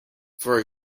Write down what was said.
for